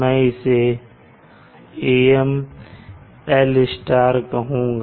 मैं इसे AMl कहूँगा